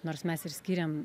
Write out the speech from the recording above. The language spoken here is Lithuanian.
nors mes ir skiriam